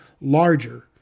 larger